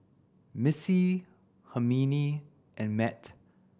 Missy Hermine and Mat